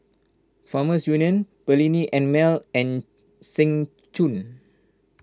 Farmers Union Perllini and Mel and Seng Choon